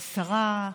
השרה,